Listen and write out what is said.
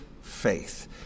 faith